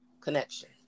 connection